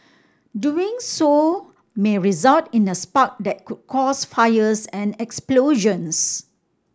doing so may result in a spark that could cause fires and explosions